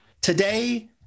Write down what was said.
Today